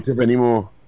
anymore